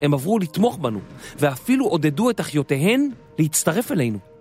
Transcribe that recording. הם עברו לתמוך בנו, ואפילו עודדו את אחיותיהן להצטרף אלינו.